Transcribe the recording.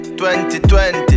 2020